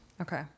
Okay